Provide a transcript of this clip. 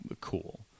cool